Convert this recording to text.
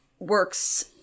works